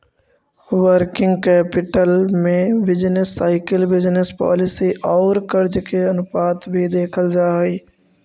working capital में business cycle business policy औउर कर्ज के अनुपात भी देखल जा हई